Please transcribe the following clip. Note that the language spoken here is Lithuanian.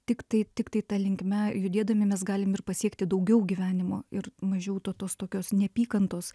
tiktai tiktai ta linkme judėdami mes galim ir pasiekti daugiau gyvenimo ir mažiau to tos tokios neapykantos